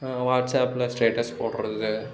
வாட்ஸாபில் status போடுகிறது